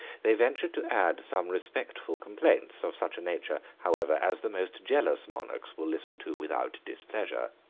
they ventured to add some respectful complaints, of such a nature, however, as the most jealous monarchs will listen to without displeasure.